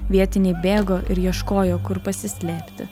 vietiniai bėgo ir ieškojo kur pasislėpti